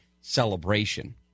celebration